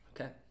Okay